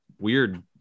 weird